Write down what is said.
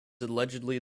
allegedly